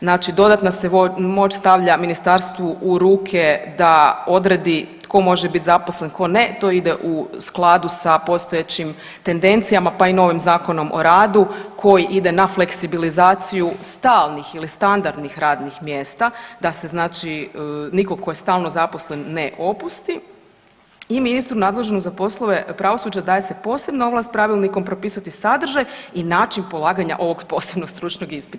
Znači dodatna se moć stavlja ministarstvu u ruke da odredi tko može bit zaposlen tko ne, to ide u skladu sa postojećim tendencijama, pa i novim Zakonom o radu koji ide na fleksibilizaciju stalnih ili standardnih radnih mjesta da se znači nikog tko je stalno zaposlen ne opusti i ministru nadležnom za poslove pravosuđa daje se posebna ovlast pravilnikom propisati sadržaj i način polaganja ovog posebnog stručnog ispita.